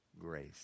grace